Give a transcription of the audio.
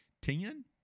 ten